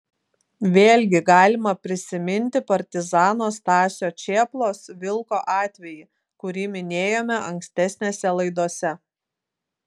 vėlgi galima prisiminti partizano stasio čėplos vilko atvejį kurį minėjome ankstesnėse laidose